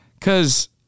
cause